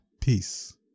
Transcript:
peace